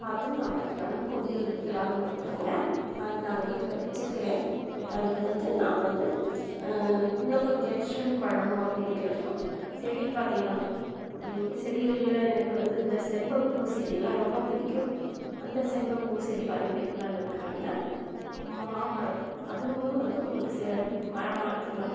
பார்த்து நான் வைக்கலான்னு கொடிகள் வைக்கலான்னு இருக்கறோங்க அது நாங்கள் வீட்டில் வச்சிருக்கறேன் பட் அதுக்கு வந்து நான் வந்து இன்னும் கொஞ்சம் எக்ஸ்டெண்ட் பண்ணனும் அப்படிங்கிறப்ப செடி பார்த்திங்கன்னா செடிகளில் எனக்கு வந்து இந்த செண்பகப்பூ செடிலாம் ரொம்ப பிடிக்கும் அந்த செண்பகப்பூ செடி வாங்கி வைக்கலாம்னு இருக்கறனுங்க மாமரம் அதுவுமே வந்து உங்களுக்கு செ மரமாக இருக்கறனால்